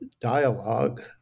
dialogue